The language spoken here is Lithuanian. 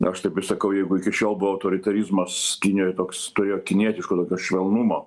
aš taip ir sakau jeigu iki šiol buvo autoritarizmas kinijoj toks turėjo kinietiško tokio švelnumo